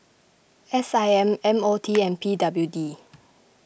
S I M M O T and P W D